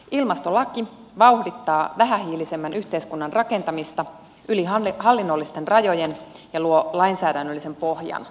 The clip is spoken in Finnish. ilmastolaki vauhdittaa vähähiilisemmän yhteiskunnan rakentamista yli hallinnollisten rajojen ja luo lainsäädännöllisen pohjan yhteistyölle